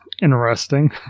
interesting